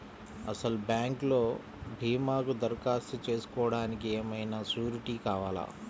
అసలు బ్యాంక్లో భీమాకు దరఖాస్తు చేసుకోవడానికి ఏమయినా సూరీటీ కావాలా?